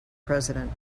president